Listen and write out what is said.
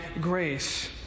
grace